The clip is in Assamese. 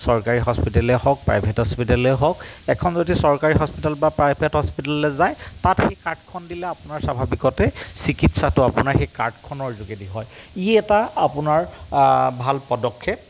চৰকাৰী হস্পিতেলেই হওক প্ৰাইভেট হস্পিতেলেই হওক এখন যদি চৰকাৰী হস্পিতেল বা প্ৰাইভেট হস্পিতেললৈ যায় তাত সেই কাৰ্ডখন দিলে আপোনাৰ স্বাভাৱিকতে চিকিৎসাটো আপোনাৰ সেই কাৰ্ডখনৰ যোগেদি হয় ই এটা আপোনাৰ ভাল পদক্ষেপ